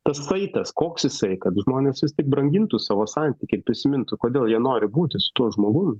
tas saitas koks jisai kad žmonės vis tik brangintų savo santykį ir prisimintų kodėl jie nori būti su tuo žmogum